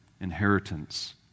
inheritance